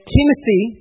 Timothy